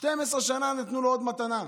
עוד 12 שנה ניתנו לו במתנה.